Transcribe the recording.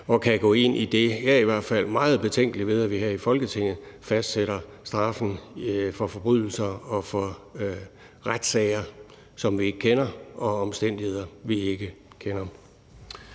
de kan gå ind i. Jeg er i hvert fald meget betænkelig ved, at vi her i Folketinget fastsætter straffen for forbrydelser i forhold til nogle retssager, som vi ikke kender, og under nogle omstændigheder, som vi ikke kender.